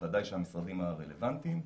ובוודאי המשרדים הרלוונטיים,